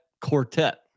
quartet